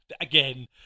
again